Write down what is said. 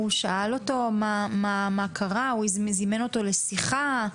האם הוא שאל אותו מה קרה או זימן אותו לשיחה?